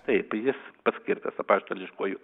taip jis paskirtas apaštališkuoju